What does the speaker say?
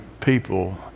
people